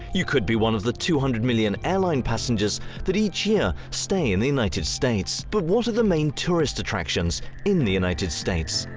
you could be one of the two hundred million airline passengers that each year stay in the united states. but what are the main tourist attractions in the united states?